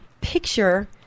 picture